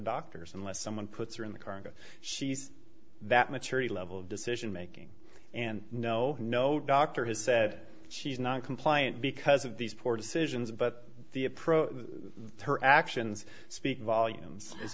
doctors unless someone puts her in the congo she's that maturity level of decision making and no no doctor has said she's not compliant because of these poor decisions but the approach her actions speak volumes as